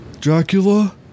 Dracula